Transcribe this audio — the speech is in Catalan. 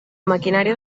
maquinària